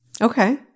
Okay